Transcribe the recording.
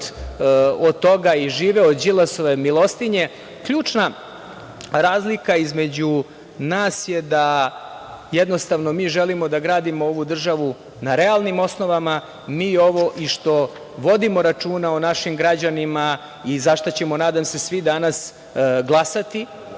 od toga i žive od Đilasove milostinje, ključna razlika između nas je da jednostavno mi želimo da gradimo ovu državu na realnim osnovama, mi ovo i što vodimo računa o našim građanima i za šta ćemo, nadam se, svi danas glasati,